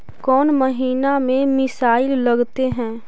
कौन महीना में मिसाइल लगते हैं?